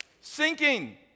Sinking